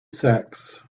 sacks